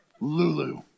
Lulu